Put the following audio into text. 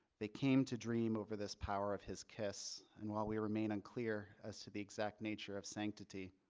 they came to dream over this power of his kiss. and while we remain unclear as to the exact nature of sanctity,